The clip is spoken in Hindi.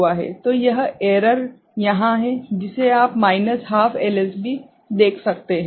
तो यह एरर यहां है जिसे आप माइनस हाफ एलएसबी देख सकते हैं